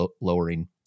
lowering